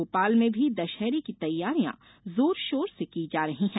भोपाल में भी दशहरे की तैयारियां जोर शोर से की जा रही है